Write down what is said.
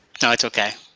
no, it's ok.